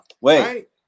wait